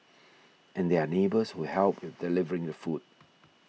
and there are neighbours who help with delivering the food